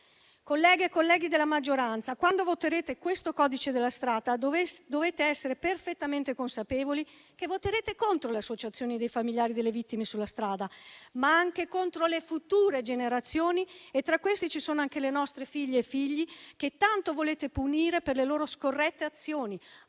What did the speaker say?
Colleghe e colleghi della maggioranza, quando voterete questo codice della strada dovrete essere perfettamente consapevoli che voterete contro le associazioni dei familiari delle vittime sulla strada, ma anche contro le future generazioni, tra cui anche le nostre figlie e i nostri figli che tanto volete punire per le loro scorrette azioni,